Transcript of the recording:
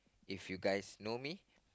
if you guys know me